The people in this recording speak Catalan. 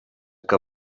que